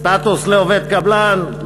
סטטוס לעובד קבלן?